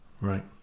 right